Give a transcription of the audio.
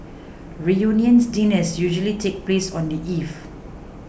reunion dinners usually take place on the eve